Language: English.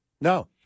No